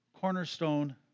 Cornerstone